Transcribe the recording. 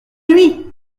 lui